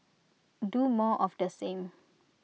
do more of the same